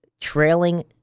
trailing